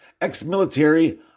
ex-military